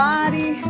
Body